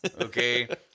Okay